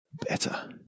better